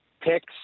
picks